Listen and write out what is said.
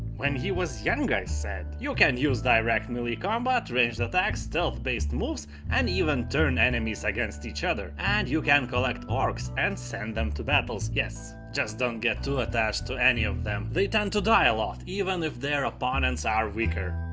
when he was young i said. you can use direct melee combat, ranged attacks, stealth based moves and even turn enemies against each other. and you can collect orcs and send them to battles. yes, just don't get too attached to any of them, they tend to die a lot, even if their opponents are weaker.